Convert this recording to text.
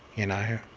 you know.